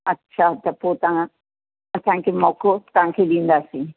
अच्छा त पोइ तव्हां असांखे मौक़ो तव्हांखे ॾींदासीं